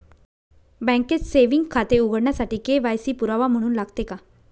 बँकेत सेविंग खाते उघडण्यासाठी के.वाय.सी पुरावा म्हणून लागते का?